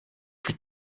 plus